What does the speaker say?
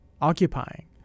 occupying